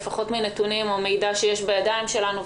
לפחות ממידע שיש בידיים שלנו,